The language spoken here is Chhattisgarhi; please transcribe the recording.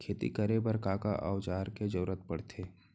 खेती करे बर का का औज़ार के जरूरत पढ़थे?